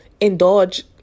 indulge